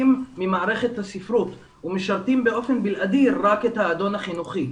ממערכת הספרות ומשרתים באופן בלעדי רק את האדון החינוכי.